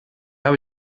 habe